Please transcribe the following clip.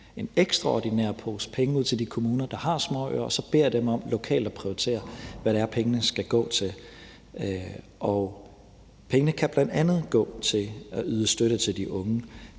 en ekstraordinær pose penge ud til de kommuner, der har småøer, og så beder dem om lokalt at prioritere, hvad pengene skal gå til. Og pengene kan bl.a. gå til at yde støtte til de unge,